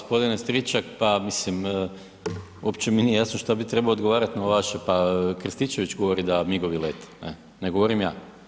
Gospodine Stričak, pa mislim uopće mi nije jasno šta bih trebao odgovarati na vaše, pa Krstičević govori da MIG-ovi lete, ne govorim ja.